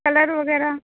colour وغیرہ